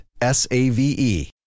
S-A-V-E